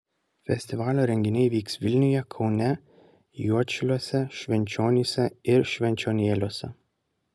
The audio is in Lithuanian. festivalio renginiai vyks vilniuje kaune juodšiliuose švenčionyse ir švenčionėliuose